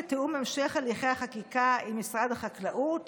לתיאום המשך הליכי החקיקה עם משרד החקלאות